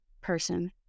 person